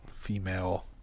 female